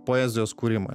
poezijos kūrimą